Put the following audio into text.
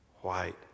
white